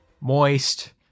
moist